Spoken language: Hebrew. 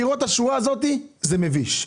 לראות את השורה הזאת, זה מביש.